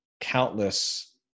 countless